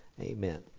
Amen